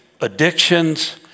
addictions